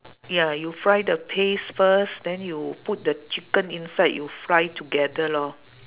ya you fry the paste first then you put the chicken inside you fry together lor